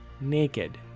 naked